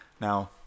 Now